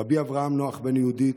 רבי אברהם נח בן יהודית,